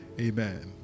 Amen